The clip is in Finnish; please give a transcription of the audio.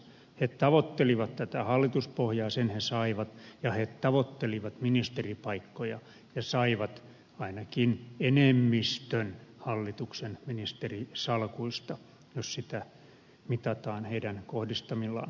he tavoittelivat tätä hallituspohjaa sen he saivat ja he tavoittelivat ministeripaikkoja ja saivat ainakin enemmistön hallituksen ministerisalkuista jos sitä mitataan heidän kohdistamillaan tukitoimenpiteillä